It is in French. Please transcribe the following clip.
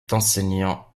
enseignant